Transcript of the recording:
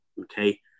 okay